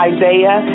Isaiah